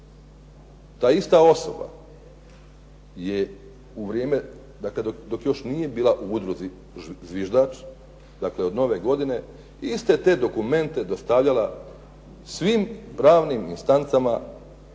Ta ista osoba je u vrijeme, dakle dok još nije bila u Udruzi Zviždač, dakle od nove godine, iste te dokumente dostavljala svim pravnim instancama